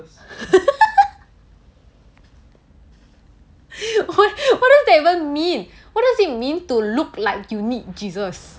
what what does that even mean what does it mean to look like you need jesus